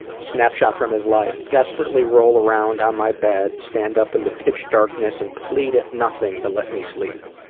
snapshot from his life desperately roll around on my bed. stand up in the pitch darkness and plead at nothing to let me sleep.